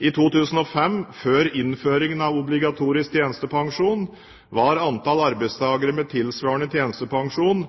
I 2005, før innføringen av obligatorisk tjenestepensjon, var antall arbeidstakere med tilsvarende tjenestepensjon